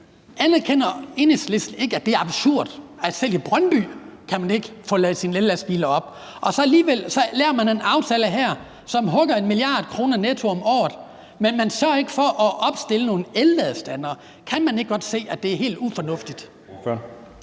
Anerkender Enhedslisten ikke, at det er absurd? Selv i Brøndby kan man ikke få ladet sin ellastbil op. Alligevel laver man en aftale her, som hugger 1 mia. kr. netto om året, men man sørger ikke for at opstille nogle ladestandere. Kan man ikke godt se, at det er helt ufornuftigt?